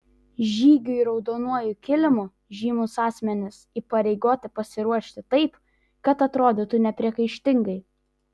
žygiui raudonuoju kilimu žymūs asmenys įpareigoti pasiruošti taip kad atrodytų nepriekaištingai